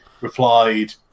replied